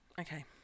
Okay